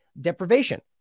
deprivation